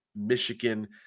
Michigan